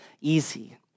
easy